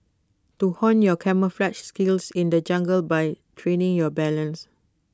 to hone your camouflaged skills in the jungle by training your balance